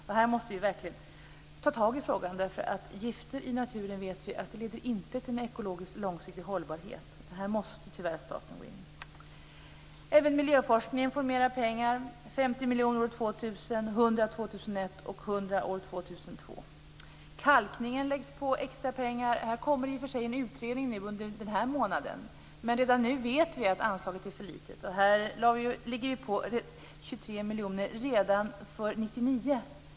Vi måste verkligen ta tag i frågan, för vi vet att gifter i naturen inte leder till en ekologiskt långsiktig hållbarhet. Här måste tyvärr staten gå in. Även miljöforskningen får mer pengar. Det handlar om 50 miljoner år 2000, 100 miljoner år 2001 och 100 miljoner år 2002. Kalkningen läggs det extra pengar på. Här kommer det i och för sig en utredning under den här månaden, men redan nu vet vi att anslaget är för litet. Här lägger vi på 23 miljoner redan för 1999.